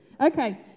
Okay